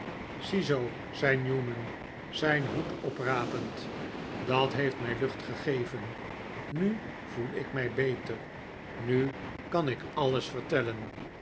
zoo zei newman zijn hoed oprapend dat heeft mij lucht gegeven nu voel ik mij beter nu kan ik alles vertellen